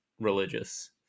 religious